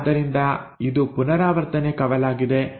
ಆದ್ದರಿಂದ ಇದು ಪುನರಾವರ್ತನೆ ಕವಲಾಗಿದೆ